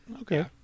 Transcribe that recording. Okay